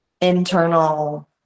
internal